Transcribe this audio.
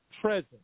present